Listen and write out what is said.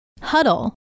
Huddle